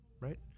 right